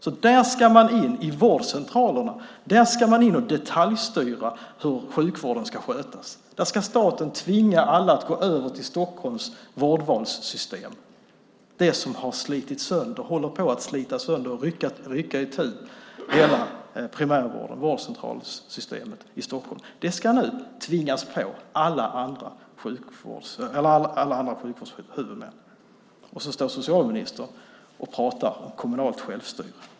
På vårdcentralerna ska man in och detaljstyra hur sjukvården ska skötas. Staten ska tvinga alla att gå över till Stockholms vårdvalssystem. Det som håller på att slita sönder hela vårdcentralssystemet i Stockholm ska nu tvingas på alla sjukvårdshuvudmän. Och så står socialministern och pratar om kommunalt självstyre.